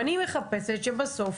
אני מחפשת שבסוף,